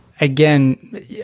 Again